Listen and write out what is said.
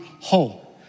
whole